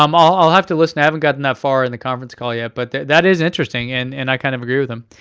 um ah i'll have to list them, i haven't gotten that far in the conference call yet. but that is interesting, and and i kind of agree with them.